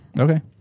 Okay